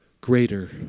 greater